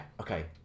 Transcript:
okay